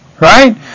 Right